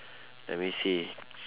let me see